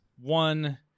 one